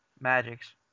magics